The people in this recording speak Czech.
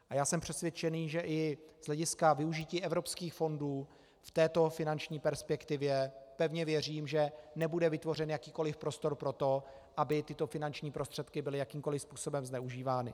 A já jsem přesvědčen, že i z hlediska využití evropských fondů v této finanční perspektivě, pevně věřím, nebude vytvořen jakýkoliv prostor pro to, aby tyto finanční prostředky byly jakýmkoliv způsobem zneužívány.